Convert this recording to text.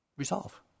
resolve